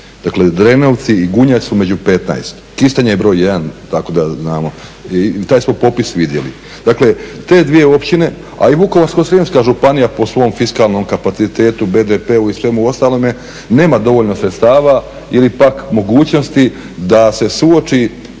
Dakle, Drenovci i Gunja su među 15, Kistanje je broj jedan, tako da znamo. I taj smo popis vidjeli. Dakle, te dvije općine, a i Vukovarsko-srijemska županija po svom fiskalnom kapacitetu, BDP-u i svemu ostalome nema dovoljno sredstva ili pak mogućnosti da se suoči